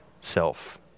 self